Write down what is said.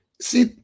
see